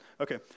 Okay